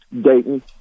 Dayton